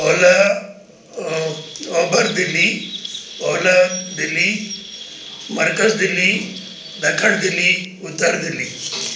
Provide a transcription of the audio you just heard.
ओलह ओभर दिल्ली ओलह दिल्ली मर्कज़ दिल्ली ॾखिण दिल्ली उत्तर दिल्ली